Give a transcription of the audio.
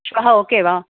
श्वः ओके वा